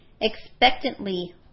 expectantly